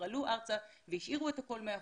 עלו ארצה והשאירו את הכול מאחוריהם,